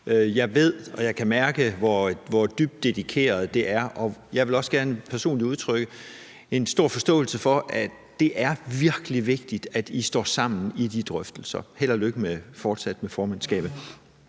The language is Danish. Jeg ved, og jeg kan mærke, hvor dybt dedikeret hun er, og jeg vil også gerne personligt udtrykke en stor forståelse for, at det er virkelig vigtigt, at I står sammen i de drøftelser. Fortsat held og lykke med formandskabet.